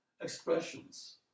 expressions